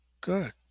Good